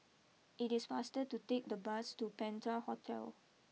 it is faster to take the bus to Penta Hotel